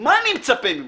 מה אני מצפה ממך?